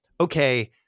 okay